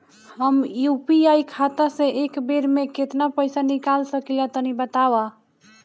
हम यू.पी.आई खाता से एक बेर म केतना पइसा निकाल सकिला तनि बतावा?